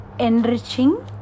enriching